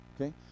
Okay